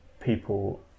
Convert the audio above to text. people